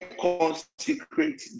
consecrate